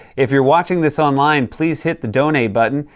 if you're watching this online, please hit the donate button.